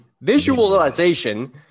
visualization